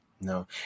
No